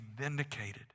vindicated